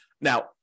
now